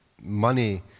money